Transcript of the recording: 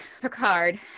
Picard